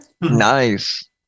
Nice